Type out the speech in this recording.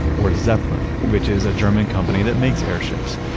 or zeppelin, which is a german company that makes airships.